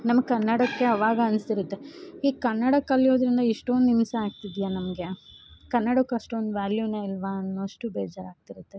ನಮ್ಮ ಕನ್ನಡಕ್ಕೆ ಅವಾಗ ಅನ್ಸಿರುತ್ತೆ ಈ ಕನ್ನಡ ಕಲಿಯೋದ್ರಿಂದ ಇಷ್ಟೊಂದು ಹಿಂಸೆ ಆಗ್ತಿದೆಯಾ ನಮಗೆ ಕನ್ನಡಕ್ ಅಷ್ಟೊಂದು ವ್ಯಾಲ್ಯೂನೇ ಇಲ್ವಾ ಅನ್ನೋಷ್ಟು ಬೇಜಾರು ಆಗ್ತಿರುತ್ತೆ